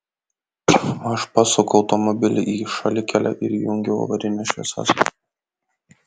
aš pasuku automobilį į šalikelę ir įjungiu avarines šviesas